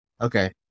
okay